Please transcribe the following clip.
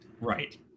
Right